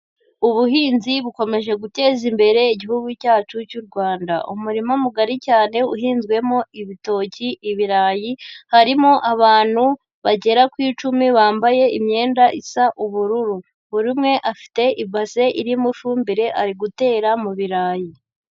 Ubuhinzi bukomeje guteza imbere Igihugu cyacu cy'u Rwanda, umurima mugari cyane uhinzwemo ibitoki, ibirayi, harimo abantu bagera ku icumi bambaye imyenda isa ubururu, buri umwe afite ibase irimo ifumbire, ari gutera mu birayi.